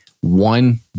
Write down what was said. one